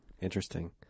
Interesting